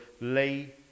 lay